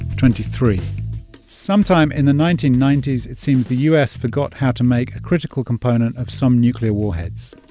twenty-three sometime in the nineteen ninety s, it seems the u s. forgot how to make a critical component of some nuclear warheads